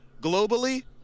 Globally